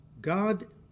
God